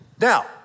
Now